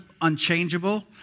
unchangeable